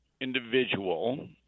individual